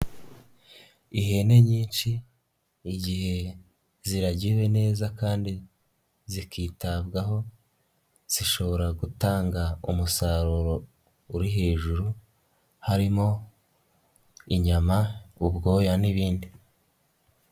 Ihene nyinshi, igihe ziragiwe neza kandi zikitabwaho, zishobora gutanga umusaruro uri hejuru, harimo inyama ubwoya n'ibindi.